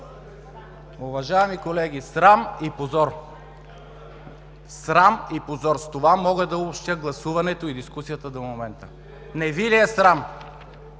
Уважаеми колеги, срам и позор! Срам и позор! С това мога да обобщя гласуването и дискусията до момента. Не Ви ли е срам?!